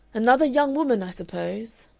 another young woman, i suppose,